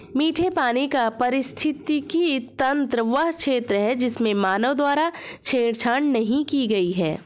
मीठे पानी का पारिस्थितिकी तंत्र वह क्षेत्र है जिसमें मानव द्वारा छेड़छाड़ नहीं की गई है